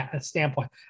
standpoint